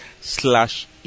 slash